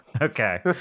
okay